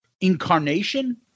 incarnation